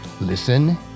listen